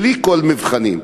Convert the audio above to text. בלי מבחנים.